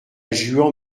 gujan